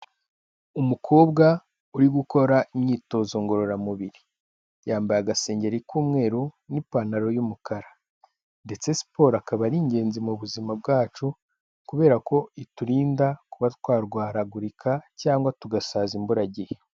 Umukobwa uri gukora imyitozo ngororamubiri yambaye agasengeri k'umweru n'ipantaro y'umukara ndetse siporo akaba ari ingenzi mu buzima bwacu kubera ko iturinda kuba twarwaragurika cyangwa tugasaza imburagihe.